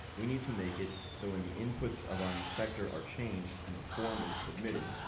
we need to make it so when the inputs of our inspector are changed and the form is submitted,